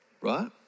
Right